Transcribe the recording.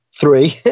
three